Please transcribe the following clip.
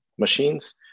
machines